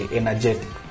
energetic